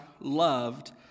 loved